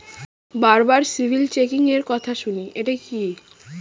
বারবার সিবিল চেকিংএর কথা শুনি এটা কি?